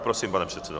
Prosím, pane předsedo.